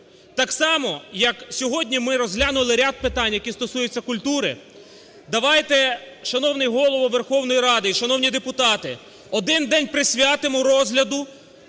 Так само, як сьогодні ми розглянули ряд питань, які стосуються культури, давайте, шановний Голово Верховної Ради і шановні депутати, один день присвятимо розгляду